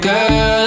Girl